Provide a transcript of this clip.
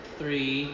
three